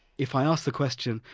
if i ask the question,